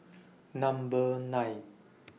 Number nine